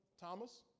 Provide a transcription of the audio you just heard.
Thomas